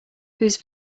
whose